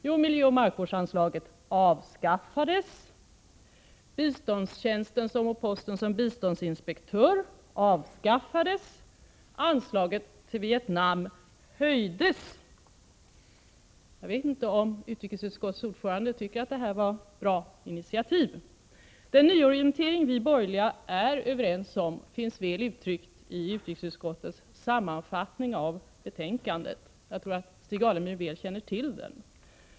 Jo, miljöoch markvårdsanslaget avskaffades, posten som biståndsinspektör avskaffades och anslaget till Vietnam höjdes. — Jag vet inte om utrikesutskottets ordförande tycker att detta var ett bra initiativ. Den nyorientering som vi borgerliga är överens om finns väl uttryckt i utrikesutskottets sammanfattning av betänkandet, och jag tror att Stig Alemyr väl känner till den.